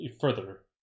further